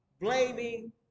Blaming